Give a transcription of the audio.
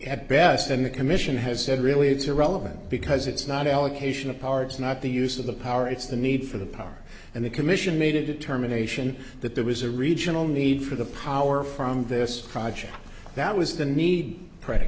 at best and the commission has said really it's irrelevant because it's not allocation of power it's not the use of the power it's the need for the power and the commission made a determination that there was a regional need for the power from this project that was the need predi